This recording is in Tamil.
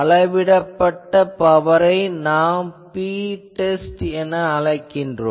அளவிடப்பட்ட பவரை நாம் Ptest என அழைக்கலாம்